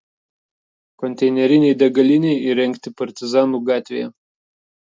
konteinerinei degalinei įrengti partizanų gatvėje